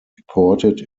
reported